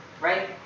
Right